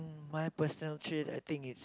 my personal trait I think is